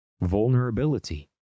vulnerability